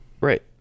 Right